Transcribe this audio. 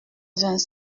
vingt